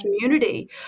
community